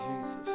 Jesus